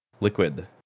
Liquid